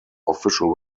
official